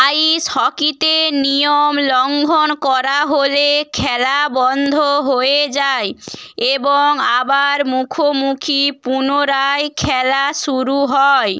আইস হকিতে নিয়ম লঙ্ঘন করা হলে খেলা বন্ধ হয়ে যায় এবং আবার মুখোমুখি পুনরায় খেলা শুরু হয়